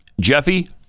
Jeffy